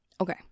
Okay